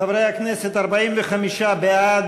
חברי הכנסת, 45 בעד,